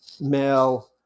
male